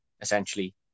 essentially